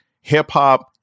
hip-hop